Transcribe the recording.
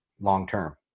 long-term